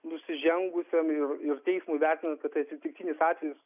nusižengusiam ir ir teismui vertinant tai atsitiktinis atvejis